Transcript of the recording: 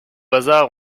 hasard